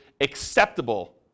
acceptable